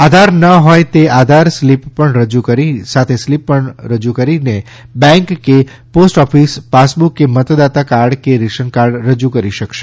આધાર ન હોય તે આધાર સ્લીપ પણ રજૂ કરીને સાથે સ્લીપ પણ રજૂ કરીને સાથે બેન્ક કે પોસ્ટ ઓફીસ પાસબુક કે મતદાતા કાર્ડ કે રેશન કાર્ડ રજૂ કરી શકાશે